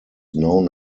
known